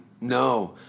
No